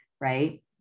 right